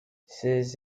ces